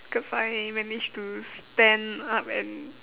cause I managed to stand up and